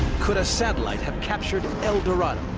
could a satellite have captured el dorado,